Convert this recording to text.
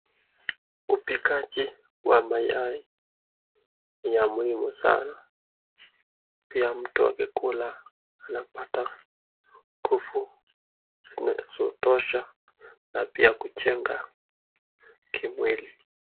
Upikaji ya mayai ni muhimu sana, pia mtu akikula anapata nguvu zinazotosha na pia kujenga kimwili.